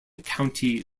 county